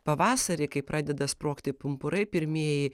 pavasarį kai pradeda sprogti pumpurai pirmieji